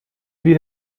wir